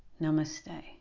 Namaste